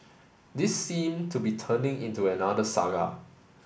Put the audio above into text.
this seem to be turning into another saga